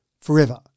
forever